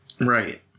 Right